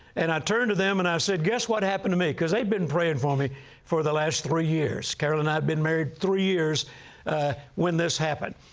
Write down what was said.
and i turned to them, and i said, guess what happened to me, because they'd been praying for me for the last three years. carolyn and i had been married three years when this happened.